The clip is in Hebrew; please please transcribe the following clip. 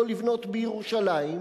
לא לבנות בירושלים,